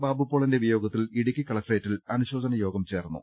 ബാബുപോളിന്റെ വിയോഗത്തിൽ ഇടുക്കി കലക്ടറേറ്റിൽ അനുശോചന യോഗം ചേർന്നു